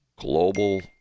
Global